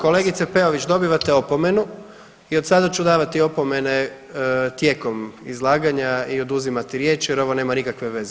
Kolegice Peović, dobivate opomenu i od sada ću davati opomene tijekom izlaganja i oduzimati riječ, jer ovo nema nikakve veze.